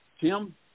Tim